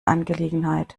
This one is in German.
angelegenheit